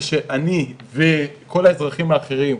זה שאני וכל האזרחים האחרים,